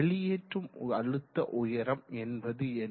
வெளியேற்றும் அழுத்த உயரம் என்பது என்ன